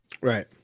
right